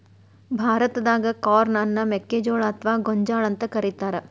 ಭಾರತಾದಾಗ ಕಾರ್ನ್ ಅನ್ನ ಮೆಕ್ಕಿಜೋಳ ಅತ್ವಾ ಗೋಂಜಾಳ ಅಂತ ಕರೇತಾರ